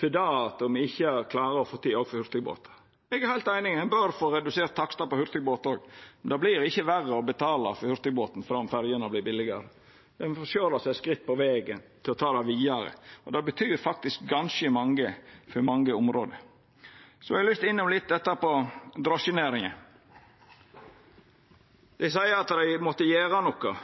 fordi me ikkje klarer å få det til for hurtigbåtane. Eg er heilt einig, ein bør få redusert takstane på hurtigbåtane òg, men det vert ikkje verre å betala for hurtigbåten fordi ferjene vert billigare. Ein får sjå det som eit skritt på vegen til å ta det vidare, og det betyr faktisk ganske mykje for mange område. Eg har lyst til å seia litt om drosjenæringa. Dei seier at dei måtte gjera noko.